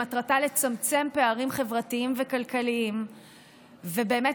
שמטרתה לצמצם פערים חברתיים וכלכליים ובאמת